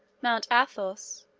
mount athos,